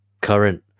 current